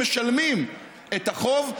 משלמים את החוב,